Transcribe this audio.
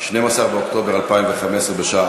12 באוקטובר 2015, בשעה